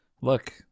Look